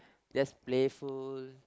just playful